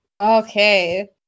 Okay